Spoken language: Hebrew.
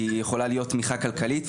היא יכולה להיות תמיכה כלכלית,